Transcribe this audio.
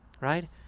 right